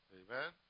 amen